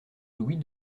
louis